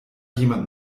jemand